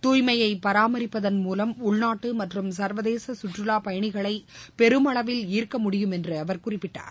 தூய்மையை பராமரிப்பதன் மூலம் உள்நாட்டு மற்றும் சர்வதேச கற்றுலாப் பயணிகளை பெருமளவில் ஈர்க்க முடியும் என்று அவர் குறிப்பிட்டார்